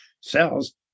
cells